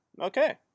Okay